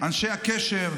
אנשי הקשר,